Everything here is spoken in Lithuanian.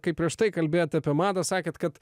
kaip prieš tai kalbėjot apie madą sakėt kad